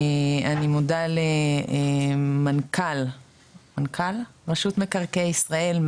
אני מודה למנכ"ל רשות מקרקעי ישראל,